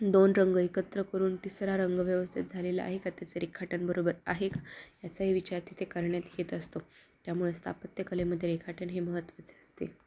दोन रंग एकत्र करून तिसरा रंग व्यवस्थित झालेला आहे का त्याचं रेखाटन बरोबर आहे का याचाही विचार तिथे करण्यात येत असतो त्यामुळे स्थापत्यकलेमध्ये रेखाटन हे महत्त्वाचे असते